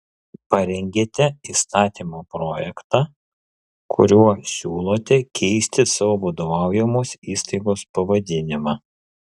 parengėte įstatymo projektą kuriuo siūlote keisti savo vadovaujamos įstaigos pavadinimą